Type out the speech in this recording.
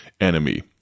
enemy